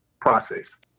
process